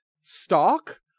stock